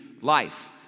life